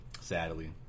Sadly